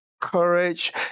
courage